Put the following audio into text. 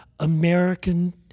American